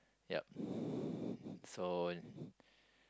yup so